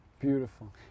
Beautiful